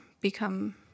become